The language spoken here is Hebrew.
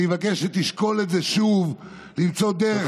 אני מבקש שתשקול את זה שוב, למצוא דרך.